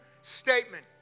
statement